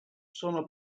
sono